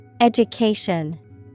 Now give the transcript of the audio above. Education